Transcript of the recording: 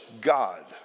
God